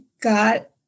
got